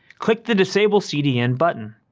click the disable cdn button.